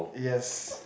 yes